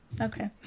Okay